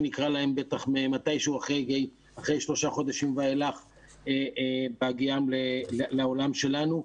שנקרא להם בטח מתי שהוא אחרי שלושה חודשים ואילך בהגיעם לעולם שלנו.